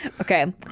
Okay